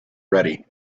ready